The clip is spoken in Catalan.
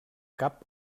cap